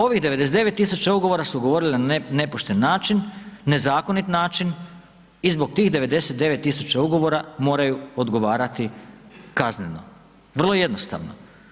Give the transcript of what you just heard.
Ovih 99 000 ugovora su ugovorili na nepošten način, nezakonit način i zbog tih 99 000 ugovora moraju odgovarati kazneno, vrlo jednostavno.